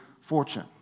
fortune